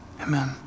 Amen